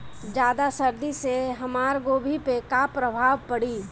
ज्यादा सर्दी से हमार गोभी पे का प्रभाव पड़ी?